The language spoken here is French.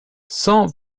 cent